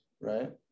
right